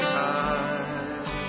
time